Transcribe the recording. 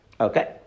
Okay